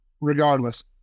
regardless